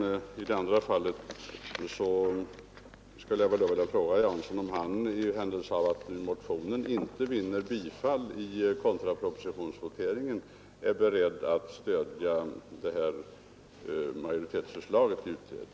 Vidare skulle jag vilja fråga herr Jansson om han, i den händelse reservationen inte vinner i kontrapropositionsvoteringen, är beredd att stödja majoritetsförslaget i huvudvoteringen?